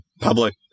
public